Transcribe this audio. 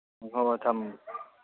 ꯍꯣꯏ ꯍꯣꯏ